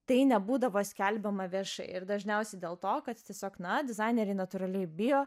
tai nebūdavo skelbiama viešai ir dažniausiai dėl to kad tiesiog na dizaineriai natūraliai bijo